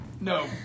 No